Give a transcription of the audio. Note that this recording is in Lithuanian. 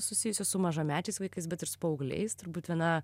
susijusius su mažamečiais vaikais bet ir su paaugliais turbūt viena